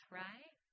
right